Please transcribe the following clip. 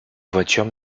voitures